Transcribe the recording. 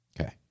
Okay